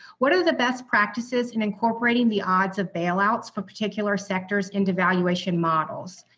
what are the best practices in incorporating the odds of bailouts for particular sectors into valuation models?